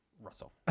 Russell